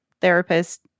therapist